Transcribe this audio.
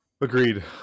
agreed